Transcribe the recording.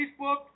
Facebook